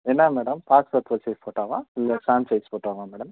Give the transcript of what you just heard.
என்ன madam passport size ஃபோட்டோவா இல்லை ஸ்டேம்ப் சைஸ் ஃபோட்டோவா மேடம்